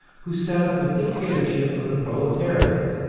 who set up a dictatorship of the proletariat.